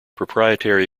proprietary